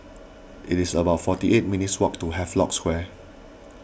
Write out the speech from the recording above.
it is about forty eight minutes' walk to Havelock Square